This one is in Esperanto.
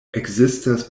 ekzistas